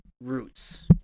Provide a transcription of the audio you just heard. roots